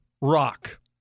rock